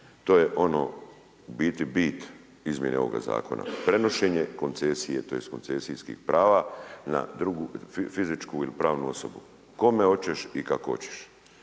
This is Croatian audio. to je ono u biti bit izmjene ovoga zakona, prenošenje koncesije tj. koncesijskih prava na drugu fizičku ili pravnu osobu, kome hoćeš i kako hoćeš.